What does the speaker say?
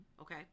Okay